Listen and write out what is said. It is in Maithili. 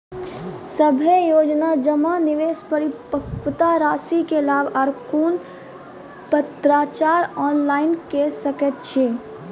सभे योजना जमा, निवेश, परिपक्वता रासि के लाभ आर कुनू पत्राचार ऑनलाइन के सकैत छी?